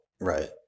Right